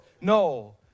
no